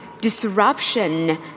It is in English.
Disruption